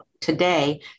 today